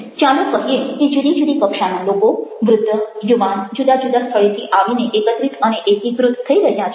ચાલો કહીએ કે જુદી જુદી કક્ષાના લોકો વૃદ્ધ યુવાન જુદા જુદા સ્થળેથી આવીને એકત્રિત અને એકીકૃત થઈ રહ્યા છે